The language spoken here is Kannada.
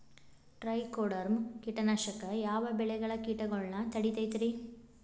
ಟ್ರೈಕೊಡರ್ಮ ಕೇಟನಾಶಕ ಯಾವ ಬೆಳಿಗೊಳ ಕೇಟಗೊಳ್ನ ತಡಿತೇತಿರಿ?